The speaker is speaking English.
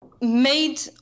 made